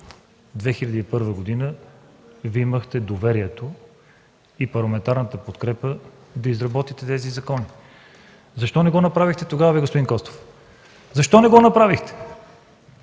1997-2001 г. Вие имахте доверието и парламентарната подкрепа да изработите тези закони. Защо не го направихте тогава, господин Костов? Защо не го направихте?